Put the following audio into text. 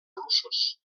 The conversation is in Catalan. russos